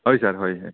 হয় ছাৰ হয় হয়